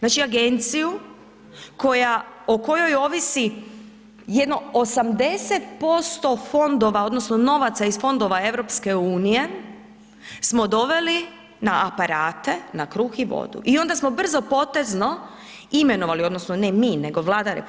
Znači, agenciju o kojoj ovisi jedno 80% fondova odnosno novaca iz fondova EU, smo doveli na aparate, na kruh i vodu i onda smo brzopotezno imenovali odnosno ne mi, nego Vlada RH